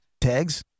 tags